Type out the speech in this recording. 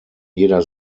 jeder